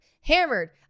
Hammered